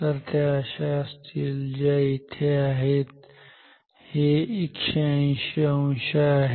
तर त्या अशा असतील ज्या इथे आहेत हे 180 अंश आहे